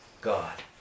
God